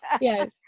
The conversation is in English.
Yes